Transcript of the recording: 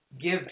Give